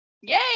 Yay